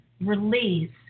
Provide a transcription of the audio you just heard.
release